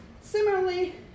Similarly